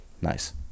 Nice